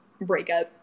breakup